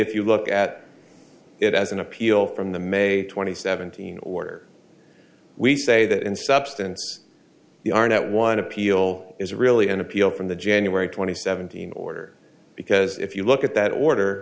if you look at it as an appeal from the may twenty seventeen order we say that in substance the arnette one appeal is really an appeal from the january twenty seventh order because if you look at that order